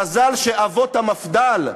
מזל שאבות המפד"ל,